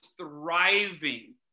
thriving